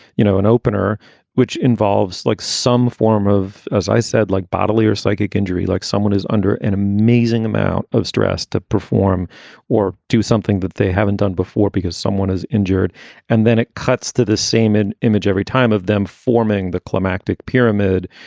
you know, an opener which involves like some form of, as i said, like bodily or psychic injury, like someone is under an amazing amount of stress to perform or do something that they haven't done before because someone is injured and then it cuts to the same an image every time of them forming the climactic pyramid,